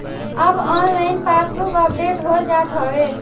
अब online passbook update हो जात हवे